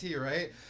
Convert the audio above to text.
right